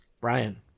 Brian